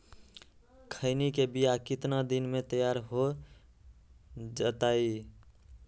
खैनी के बिया कितना दिन मे तैयार हो जताइए?